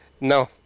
No